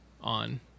on